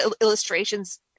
illustrations